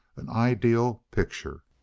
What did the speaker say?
an ideal picture.